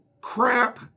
crap